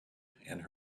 and